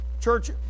church